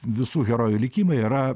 visų herojų likimai yra